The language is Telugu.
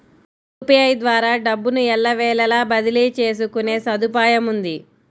యూపీఐ ద్వారా డబ్బును ఎల్లవేళలా బదిలీ చేసుకునే సదుపాయముంది